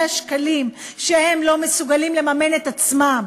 השקלים הם לא מסוגלים לממן את עצמם.